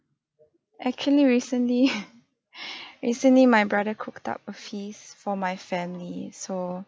actually recently recently my brother cooked up a feast for my family so